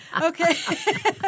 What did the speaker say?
Okay